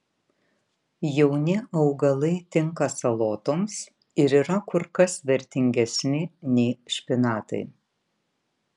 jauni augalai tinka salotoms ir yra kur kas vertingesni nei špinatai